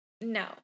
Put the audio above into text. No